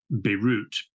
Beirut